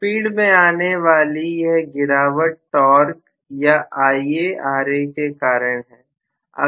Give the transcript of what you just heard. speed में आने वाली है गिरावट टॉर्क या IaRa के कारण है